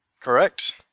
Correct